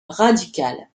radicale